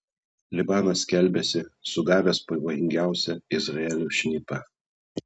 libanas skelbiasi sugavęs pavojingiausią izraelio šnipą